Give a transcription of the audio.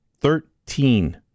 Thirteen